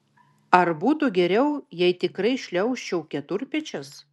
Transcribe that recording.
ar būtų geriau jei tikrai šliaužčiau keturpėsčias